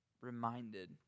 reminded